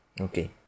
Okay